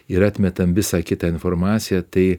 ir atmetam visą kitą informaciją tai